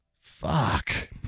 Fuck